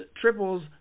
triples